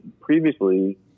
previously